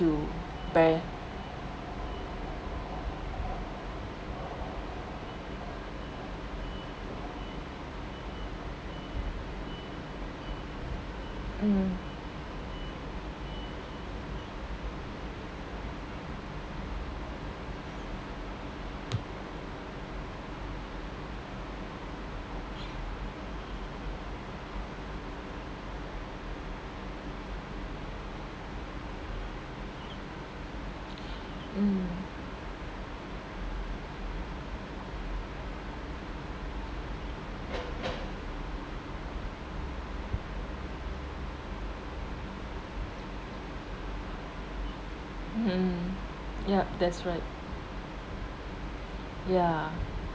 to bear mm mm hmm yup that's right ya